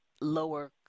lower